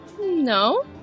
no